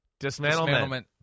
dismantlement